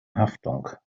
haftung